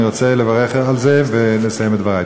אני רוצה לברך על זה ולסיים את דברי.